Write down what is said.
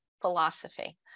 philosophy